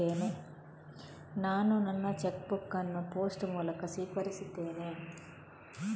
ನಾನು ನನ್ನ cheque book ಅನ್ನು ಪೋಸ್ಟ್ ಮೂಲಕ ಸ್ವೀಕರಿಸಿದ್ದೇನೆ